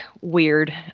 weird